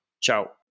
Ciao